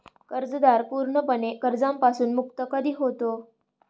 कर्जदार पूर्णपणे कर्जापासून मुक्त कधी होतो?